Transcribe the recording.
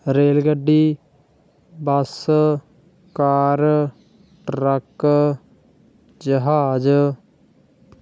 rail ਗੱਡੀ bus car truck ਜਹਾਜ਼